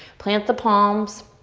plant the palms,